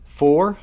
four